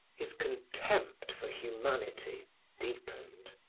his contempt for humanity deepened.